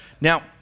Now